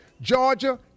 georgia